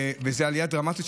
וזו עלייה דרמטית,